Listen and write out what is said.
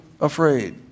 afraid